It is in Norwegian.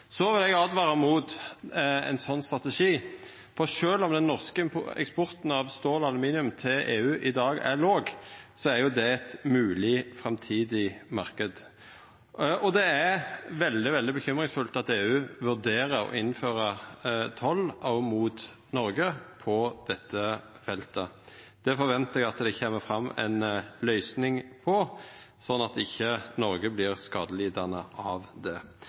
Så det framstår for meg i alle fall som om EU har ei meir offensiv haldning mot USA enn det Noreg har. Eg vil åtvara mot ein slik strategi, for sjølv om den norske eksporten av stål og aluminium til EU i dag er låg, er det ein mogleg framtidig marknad. Det er veldig bekymringsfullt at EU vurderer å innføra toll også mot Noreg på dette feltet. Der ventar eg at ein kjem fram til ei løysing, slik at Noreg